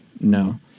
No